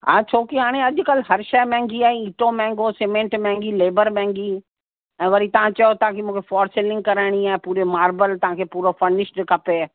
हा छोकि हाणे अॼकल्ह हर शइ महांगी आई ईटो महांगो सीमेंट महांगी लेबर महांगी ऐं वरी तव्हां चओ था मूंखे फॉर सीलिंग कराइणी आहे पूरे मार्बल तव्हांखे पूरो फर्निश्ड खपे